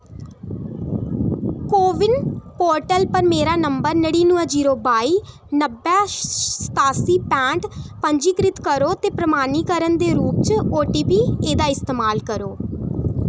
को win portal पर मेरा नंबर नडिनुऐ जीरो बाई नब्बै सतासी पैंठ पंजीकृत करो ते प्रमाणीकरण दे रूप च ओटीपी एह्दा इस्तेमाल करो